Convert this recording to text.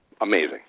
amazing